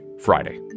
Friday